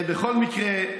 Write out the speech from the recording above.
בכל מקרה,